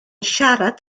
siarad